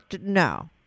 no